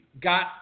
got